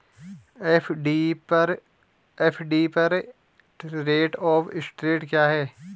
FD पर rate of interest क्या है?